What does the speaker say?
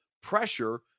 pressure